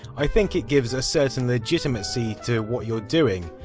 i think it gives a certain legitimacy to what you're doing.